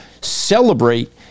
celebrate